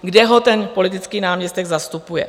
Kde ho ten politický náměstek zastupuje?